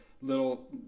little